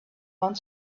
want